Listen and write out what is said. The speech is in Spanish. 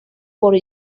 por